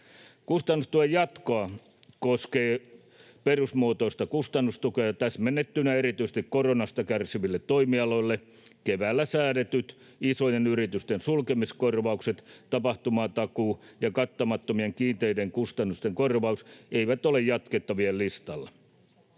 Kustannustuen jatko koskee perusmuotoista kustannustukea, täsmennettynä erityisesti koronasta kärsiville toimialoille. Keväällä säädetyt isojen yritysten sulkemiskorvaukset, tapahtumatakuu ja kattamattomien kiinteiden kustannusten korvaus eivät ole jatkettavien listalla.